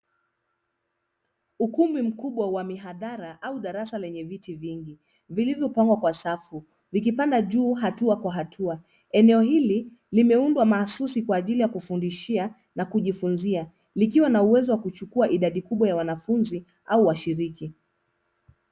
Ukumbi mkubwa wa mihadhara au darasa lenye viti vingi vilivyopangwa kwa safu vikipanda juu hatua kwa hatua. Eneo hili limeundwa mahasusi kwa ajili ya kufundishia na kujifunzia ikiwa na uwezo wa kuchukua idadi kubwa ya wanafunzi au washiriki.